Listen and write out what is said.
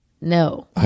No